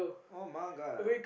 [oh]-my-god